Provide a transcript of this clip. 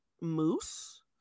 mousse